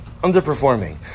underperforming